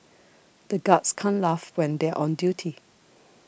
the guards can't laugh when they are on duty